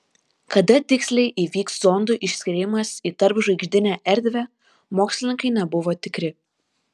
kada tiksliai įvyks zondų išskriejimas į tarpžvaigždinę erdvę mokslininkai nebuvo tikri